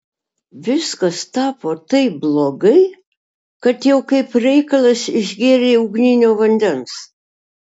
viskas tapo taip blogai kad jau kaip reikalas išgėrei ugninio vandens